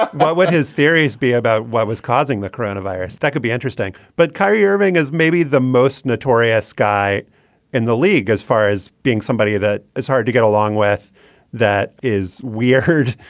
why would his theories be about what was causing the crown a virus? that could be interesting, but kyrie irving is maybe the most notorious guy in the league as far as being somebody that it's hard to get along with that is weird.